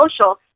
social